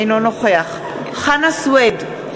אינו נוכח חנא סוייד,